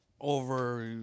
Over